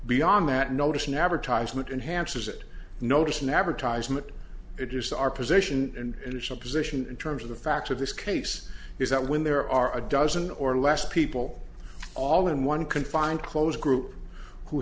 beyond that notice an advertisement enhances it notice an advertisement it is our position and its opposition in terms of the facts of this case is that when there are a dozen or less people all in one confined close group who